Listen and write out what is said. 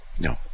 No